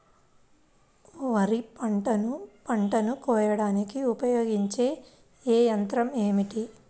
వరిపంటను పంటను కోయడానికి ఉపయోగించే ఏ యంత్రం ఏమిటి?